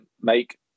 make